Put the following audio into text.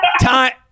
time